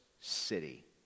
city